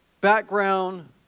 background